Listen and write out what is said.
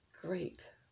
great